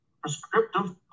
prescriptive